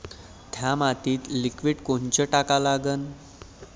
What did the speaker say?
थ्या मातीत लिक्विड कोनचं टाका लागन?